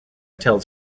tells